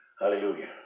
Hallelujah